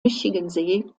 michigansee